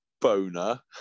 Boner